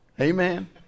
Amen